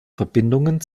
verbindungen